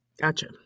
Gotcha